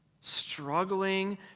Struggling